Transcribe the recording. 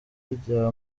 rya